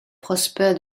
prosper